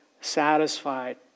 satisfied